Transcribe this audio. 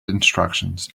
instructions